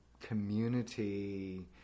community